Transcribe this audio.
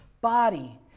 body